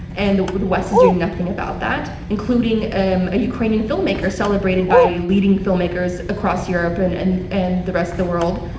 and the west is doing nothing about that, including um ukrainian filmmaker celebrated by leading filmmakers across europe and and and the rest of the world,